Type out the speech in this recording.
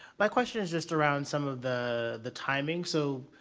my question is just around some of the the timing. so